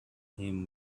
him